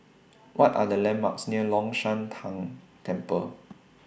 What Are The landmarks near Long Shan Tang Temple